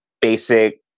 basic